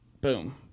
Boom